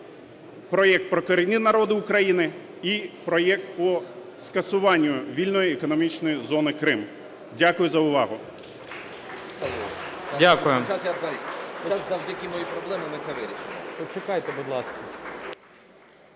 проект про корінні народи України і проект по скасуванню вільної економічної зони "Крим". Дякую за увагу.